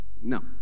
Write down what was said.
No